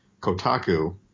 Kotaku